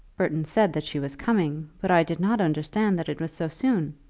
burton said that she was coming, but i did not understand that it was so soon.